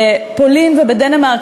בפולין ובדנמרק,